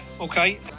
Okay